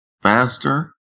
faster